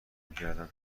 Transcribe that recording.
میکردم